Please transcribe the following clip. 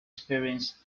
experience